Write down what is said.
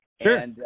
Sure